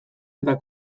eta